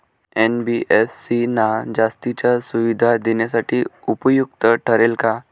NBFC ना जास्तीच्या सुविधा देण्यासाठी उपयुक्त ठरेल का?